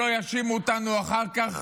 שלא יאשימו אותנו אחר כך